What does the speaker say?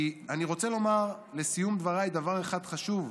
כי, אני רוצה לומר, לסיום דבריי, דבר אחד חשוב: